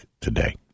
today